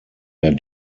der